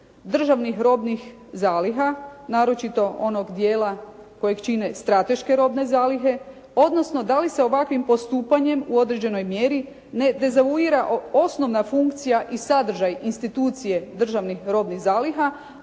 državnih robnih zaliha, naročito onog dijela kojeg čine strateške robne zalihe, odnosno da li se ovakvim postupanjem u određenoj mjeri ne dezavuira osnovna funkcija i sadržaj institucije Državnih robnih zaliha,